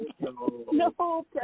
No